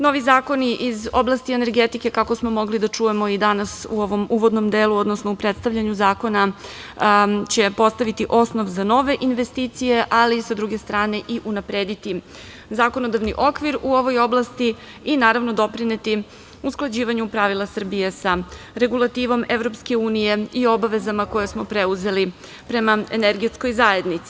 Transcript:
Novi zakoni iz oblasti energetike, kako smo mogli da čujemo i danas u ovom uvodnom delu, odnosno u predstavljanju zakona će postaviti osnov za nove investicije, ali, sa druge strane i unaprediti zakonodavni okvir u ovoj oblasti i naravno doprineti usklađivanju pravila Srbije sa regulativom EU i obavezama koje smo preuzeli prema Energetskoj zajednici.